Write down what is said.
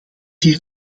hier